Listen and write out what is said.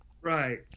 Right